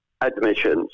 admissions